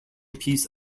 piece